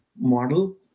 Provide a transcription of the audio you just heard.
model